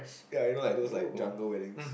ya you know like those like jungle weddings